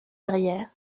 arrière